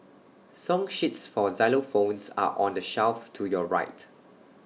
song sheets for xylophones are on the shelf to your right